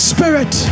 Spirit